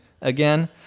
again